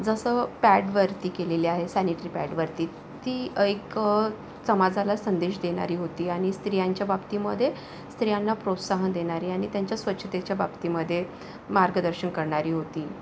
जसं पॅड वरती केलेली आहे सॅनिटरी पॅड वरती ती एक समाजाला संदेश देणारी होती आणि स्त्रियांच्या बाबतीमध्ये स्त्रियांना प्रोत्साहन देणारी आणि त्यांच्या स्वच्छतेच्या बाबतीमध्ये मार्गदर्शन करणारी होती